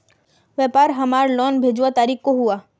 व्यापार हमार लोन भेजुआ तारीख को हुआ?